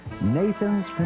Nathans